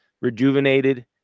rejuvenated